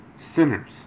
Sinners